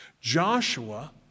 Joshua